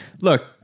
Look